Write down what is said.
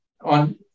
on